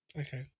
Okay